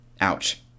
Ouch